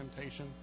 temptation